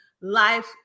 life